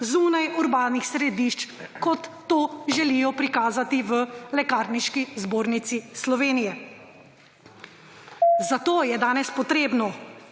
zunaj urbanih središč, kot to želijo prikazati v Lekarniški zbornici Slovenije. Zato je danes treba